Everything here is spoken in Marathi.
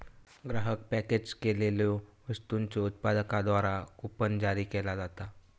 ग्राहक पॅकेज केलेल्यो वस्तूंच्यो उत्पादकांद्वारा कूपन जारी केला जाता